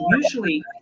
Usually